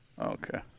Okay